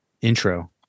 Intro